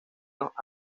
los